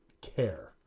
care